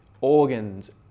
organs